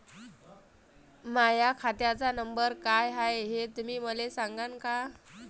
माह्या खात्याचा नंबर काय हाय हे तुम्ही मले सागांन का?